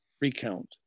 recount